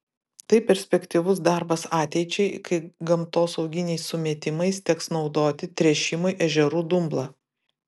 tai perspektyvus darbas ateičiai kai gamtosauginiais sumetimais teks naudoti tręšimui ežerų dumblą